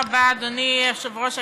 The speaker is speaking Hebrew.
אדוני היושב-ראש,